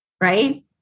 right